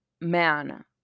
man